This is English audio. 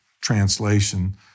translation